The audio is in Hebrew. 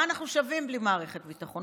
מה אנחנו שווים בלי מערכת הביטחון?